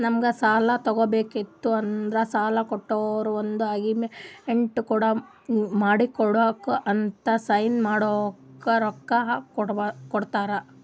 ನಮ್ಗ್ ಸಾಲ ತಗೋಬೇಕಿತ್ತು ಅಂದ್ರ ಸಾಲ ಕೊಡೋರು ಒಂದ್ ಅಗ್ರಿಮೆಂಟ್ ಮಾಡ್ಕೊಂಡ್ ಅದಕ್ಕ್ ಸೈನ್ ಮಾಡ್ಕೊಂಡ್ ರೊಕ್ಕಾ ಕೊಡ್ತಾರ